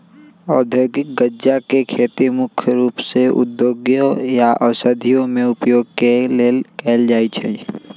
औद्योगिक गञ्जा के खेती मुख्य रूप से उद्योगों या औषधियों में उपयोग के लेल कएल जाइ छइ